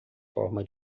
forma